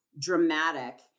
dramatic